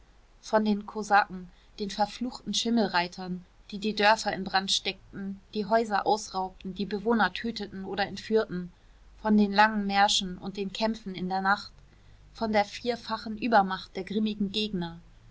von den kosaken den verfluchten schimmelreitern die die dörfer in brand steckten die häuser ausraubten die bewohner töteten oder entführten von den langen märschen und den kämpfen in der nacht von der vierfachen übermacht der grimmen gegner